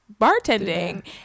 bartending